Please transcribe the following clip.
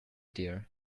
dear